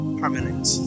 permanent